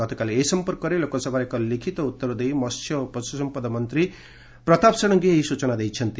ଗତକାଲି ଏ ସଂପର୍କରେ ଲୋକସଭାରେ ଏକ ଲିଖିତ ଉତ୍ତର ଦେଇ ମସ୍ୟ ଓ ପଶୁସମ୍ପଦ ମନ୍ତ୍ରୀ ପ୍ରତାପ ଷଡ଼ଙ୍ଗୀ ଏହି ସ୍ବଚନା ଦେଇଛନ୍ତି